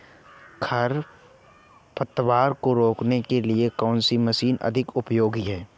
खरपतवार को रोकने के लिए कौन सी मशीन अधिक उपयोगी है?